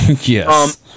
yes